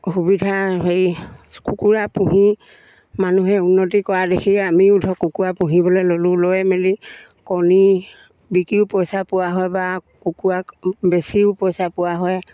সুবিধা হেৰি কুকুৰা পুহি মানুহে উন্নতি কৰা দেখি আমিও ধৰক কুকুৰা পুহিবলৈ ল'লোঁ লৈ মেলি কণী বিকিও পইচা পোৱা হয় বা কুকুৰা বেছিও পইচা পোৱা হয়